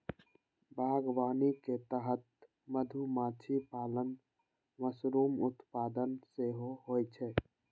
बागवानी के तहत मधुमाछी पालन, मशरूम उत्पादन सेहो होइ छै